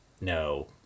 No